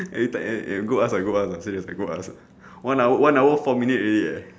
are you tired eh go ask ah go ask ah serious I go ask uh one hour one hour four minute already eh